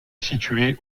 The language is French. situé